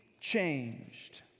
changed